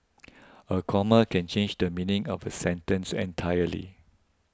a comma can change the meaning of a sentence entirely